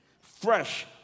fresh